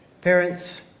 Parents